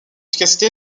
efficacité